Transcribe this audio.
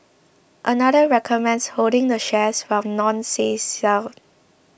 another recommends holding the shares while none says sell